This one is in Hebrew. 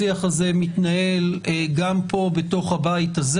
השיח הזה מתנהל גם פה בתוך הבית הזה.